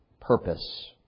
purpose